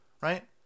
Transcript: Right